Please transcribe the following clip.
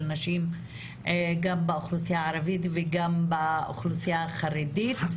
נשים גם באוכלוסייה הערבית וגם באוכלוסייה החרדית.